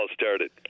started